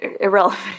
irrelevant